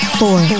four